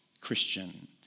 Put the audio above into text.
Christian